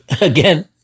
again